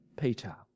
Peter